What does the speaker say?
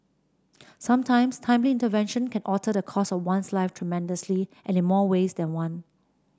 sometimes timely intervention can alter the course of one's life tremendously and in more ways than one